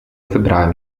wybrałem